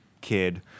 Kid